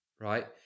right